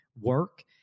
work